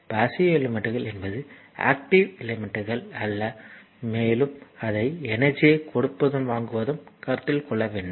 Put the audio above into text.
passive எலிமெண்ட்கள் என்பது active எலிமெண்ட்கள் அல்ல மேலும் அதை எனர்ஜியைக் கொடுப்பதும் வாங்குவதும் கருத்தில் கொள்ள வேண்டும்